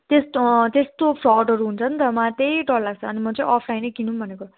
त्यस्तो अँ त्यस्तो फ्रडहरू हुन्छ नि त मलाई त्यही डर लाग्छ अनि म चाहिँ अफलाइन नै किनौँ भनेको